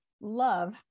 love